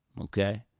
Okay